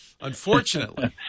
Unfortunately